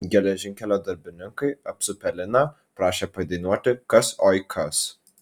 geležinkelio darbininkai apsupę liną prašė padainuoti kas oi kas